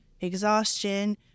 exhaustion